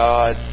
God